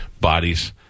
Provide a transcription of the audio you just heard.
bodies